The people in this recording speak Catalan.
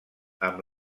amb